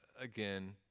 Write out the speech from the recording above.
again